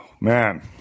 Man